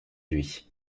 lui